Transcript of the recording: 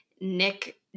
Nick